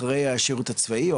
אחרי השירות הצבאי,